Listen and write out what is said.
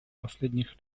последних